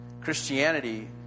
Christianity